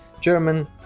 German